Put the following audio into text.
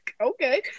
okay